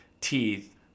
teeth